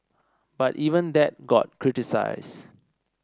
but even that got criticise